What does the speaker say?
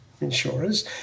insurers